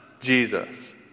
Jesus